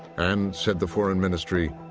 and, said the foreign ministry,